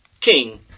king